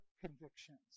convictions